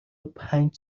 پنج